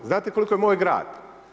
Znate koliko je moj grad?